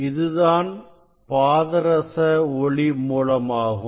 இது தான் பாதரச ஒளி மூலமாகும்